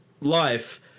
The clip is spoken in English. life